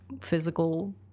physical